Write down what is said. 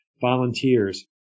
volunteers